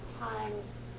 times